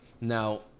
Now